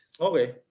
okay